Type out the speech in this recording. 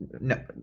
no